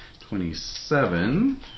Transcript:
Twenty-seven